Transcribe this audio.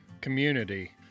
community